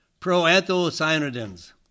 proanthocyanidins